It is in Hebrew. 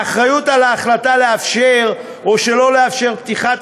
האחריות להחלטה לאפשר או שלא לאפשר פתיחת